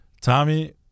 tommy